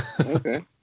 Okay